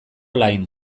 lain